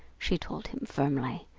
she told him firmly,